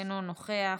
אינו נוכח,